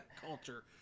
culture